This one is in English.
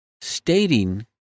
stating